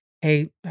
Hey